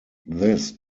this